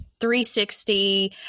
360